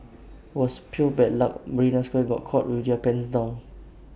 IT was pure bad luck marina square got caught with their pants down